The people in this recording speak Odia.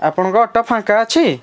ଆପଣଙ୍କ ଅଟୋ ଫାଙ୍କା ଅଛି